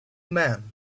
man